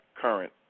current